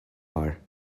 are